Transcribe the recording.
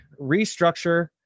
restructure